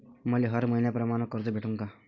मले हर मईन्याप्रमाणं कर्ज भेटन का?